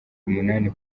umunani